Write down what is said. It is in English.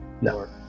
No